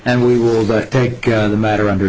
and we will take the matter under